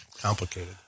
complicated